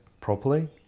properly